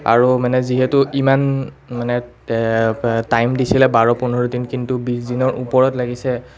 আৰু মানে যিহেতু ইমান মানে টাইম দিছিলে বাৰ পোন্ধৰ দিন কিন্তু বিছ দিনৰ ওপৰত লাগিছে